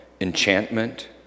enchantment